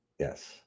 Yes